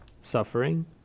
suffering